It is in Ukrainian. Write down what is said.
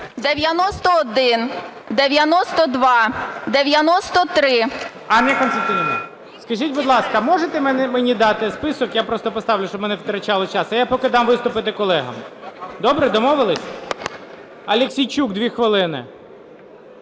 ГОЛОВУЮЧИЙ. Анна Костянтинівна, скажіть, будь ласка, можете мені дати список, я просто поставлю, щоб ми не втрачали час. А я поки дам виступити колегам. Добре, домовились? Аліксійчук 2 хвилини.